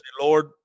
Lord